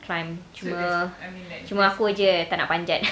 climb cuma cuma aku jer yang tak nak panjat